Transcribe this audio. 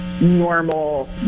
normal